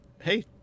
hey